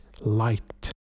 light